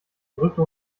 drückte